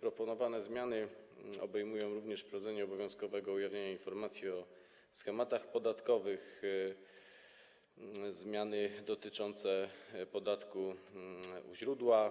Proponowane zmiany obejmują również wprowadzenie obowiązkowego ujawniania informacji o schematach podatkowych, zmiany dotyczące podatku pobieranego u źródła,